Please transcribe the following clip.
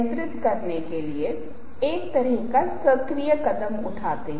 चित्र और चित्रण वास्तव में चित्रण होने चाहिए